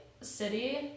city